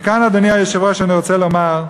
כאן, אדוני היושב-ראש, אני רוצה לומר,